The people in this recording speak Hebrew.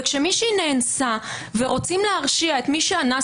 וכשמישהי נאנסה ורוצים להרשיע את מי שאנס